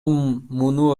муну